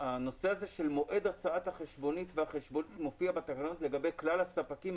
הנושא של מועד הוצאת החשבונית מופיע בתקנות לגבי כלל הספקים,